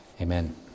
Amen